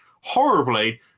horribly